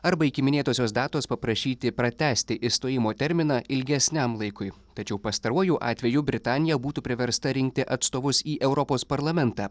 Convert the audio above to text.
arba iki minėtosios datos paprašyti pratęsti išstojimo terminą ilgesniam laikui tačiau pastaruoju atveju britanija būtų priversta rinkti atstovus į europos parlamentą